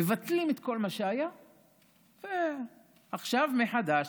מבטלות את כל מה שהיה ועכשיו מחדש.